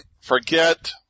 forget